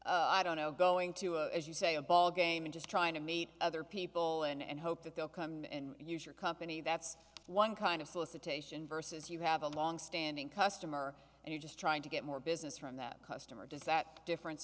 to i don't know going to a as you say a ball game and just trying to meet other people and hope that they'll come and use your company that's one kind of solicitation versus you have a long standing customer and you're just trying to get more business from that customer does that difference